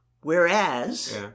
whereas